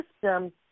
system